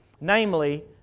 Namely